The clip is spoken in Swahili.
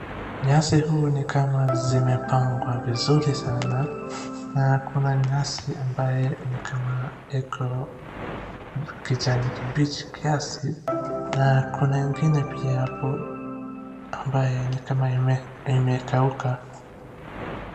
Nyasi huu ni kama zimepangwa vizuri sana. Na kuna nyasi ambaye ni kama iko kijani kimbichi kiasi. Na kuna ingine pia hapo ambaye ni kama imekauka.